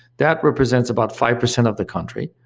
that represents about five percent of the country,